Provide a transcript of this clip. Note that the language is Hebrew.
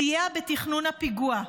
סייע בתכנון הפיגוע.